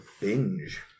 binge